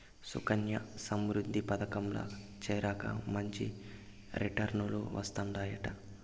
సుకన్యా సమృద్ధి పదకంల చేరాక మంచి రిటర్నులు వస్తందయంట